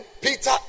Peter